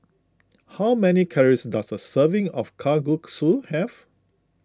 how many calories does a serving of Kalguksu have